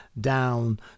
down